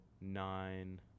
nine